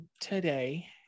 today